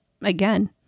Again